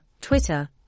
Twitter